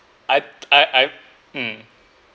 I I I mm